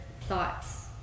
thoughts